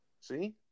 See